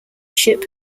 ship